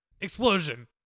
explosion